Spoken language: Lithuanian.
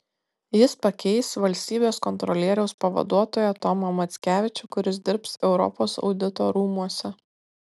jis pakeis valstybės kontrolieriaus pavaduotoją tomą mackevičių kuris dirbs europos audito rūmuose